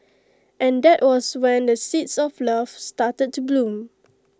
and that was when the seeds of love started to bloom